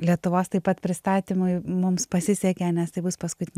lietuvos taip pat pristatymui mums pasisekė nes tai bus paskut